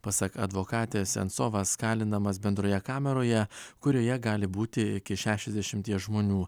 pasak advokatės sentsovas kalinamas bendroje kameroje kurioje gali būti iki šešiasdešimties žmonių